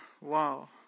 Wow